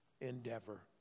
endeavor